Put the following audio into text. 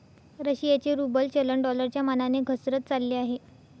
रशियाचे रूबल चलन डॉलरच्या मानाने घसरत चालले आहे